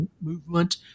Movement